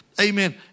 Amen